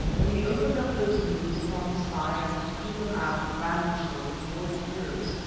then he opened up those wounds upon his thigh and cleaned them out and bandaged them with boiled herbs.